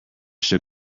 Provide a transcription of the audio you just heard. shook